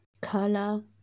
color